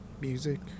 music